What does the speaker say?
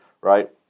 right